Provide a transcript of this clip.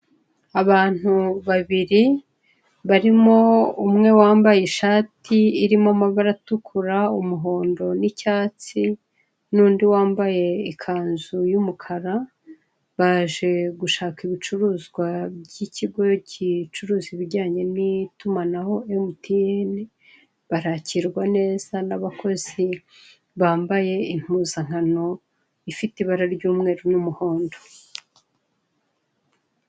Abantu babiri barimo umwe wambaye ishati irimo amabara atukura umuhondo n'icyatsi n'undi wambaye ikanzu y'umukara baje gushaka ibicuruzwa by'ikigo gicuruza ibijyanye n'itumanaho MTN barakirwa neza n'abakozi bambaye impuzankano ifite ibara ry'umweru n'umuhondo.